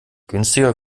günstiger